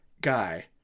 guy